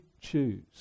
choose